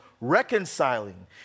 reconciling